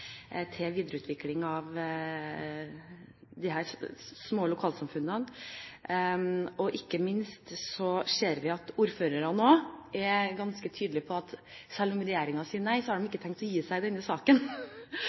til videreutvikling av disse små lokalsamfunnene. Ikke minst ser vi at ordførerne er ganske tydelige på at selv om regjeringen sier nei, har de ikke tenkt å gi seg i denne saken.